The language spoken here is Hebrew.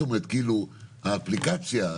האפליקציה.